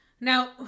Now